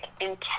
intense